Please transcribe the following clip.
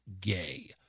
gay